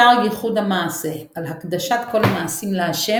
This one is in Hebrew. שער ייחוד המעשה על הקדשת כל המעשים לה'